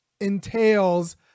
entails